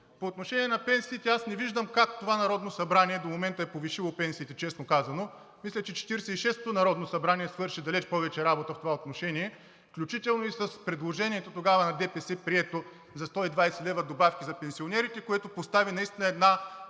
По отношение на пенсиите аз не виждам как това Народно събрание до момента е повишило пенсиите, честно казано. Мисля, че Четиридесет и шестото народно събрание свърши далеч повече работа в това отношение, включително и с предложението тогава на ДПС, прието за 120 лв. добавки за пенсионерите, което постави наистина една